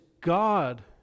God